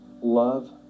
love